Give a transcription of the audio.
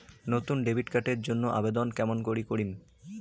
নতুন debit card এর জন্যে আবেদন কেমন করি করিম?